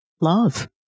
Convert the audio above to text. love